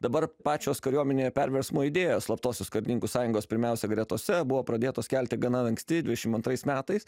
dabar pačios kariuomenėje perversmo idėjos slaptosios karininkų sąjungos pirmiausia gretose buvo pradėtos kelti gana anksti dvidešim antrais metais